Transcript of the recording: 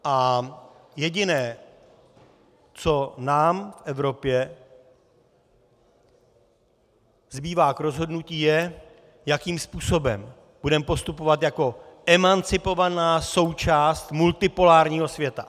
A jediné, co nám v Evropě zbývá k rozhodnutí, je, jakým způsobem budeme postupovat jako emancipovaná součást multipolárního světa.